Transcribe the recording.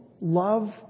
love